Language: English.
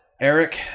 Eric